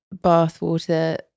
bathwater